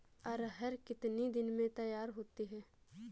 अरहर कितनी दिन में तैयार होती है?